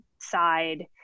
side